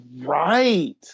right